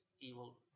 evil